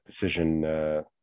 decision